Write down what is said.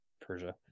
Persia